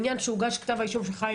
כשהוגש כתב האישום בעניין של חיים